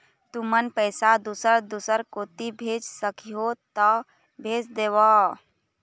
तुमन पैसा दूसर दूसर कोती भेज सखीहो ता भेज देवव?